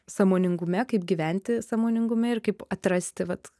sąmoningume kaip gyventi sąmoningume ir kaip atrasti vat